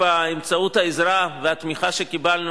בימים ההם לגרום לכך שלא יהיה חוק יישום תוכנית ההתנתקות הראשון,